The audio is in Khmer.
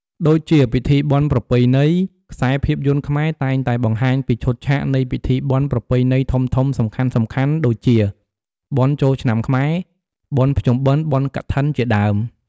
ដូចជាពិធីបុណ្យប្រពៃណី ខ្សែភាពយន្តខ្មែរតែងតែបង្ហាញពីឈុតឆាកនៃពិធីបុណ្យប្រពៃណីធំៗសំខាន់ៗដូចជា បុណ្យចូលឆ្នាំខ្មែរ បុណ្យភ្ជុំបិណ្ឌ បុណ្យកឋិន ជាដើម ។